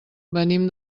venim